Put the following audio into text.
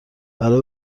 برای